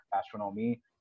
astronomy